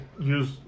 use